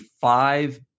five